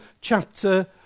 chapter